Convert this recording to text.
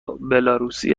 بلاروسی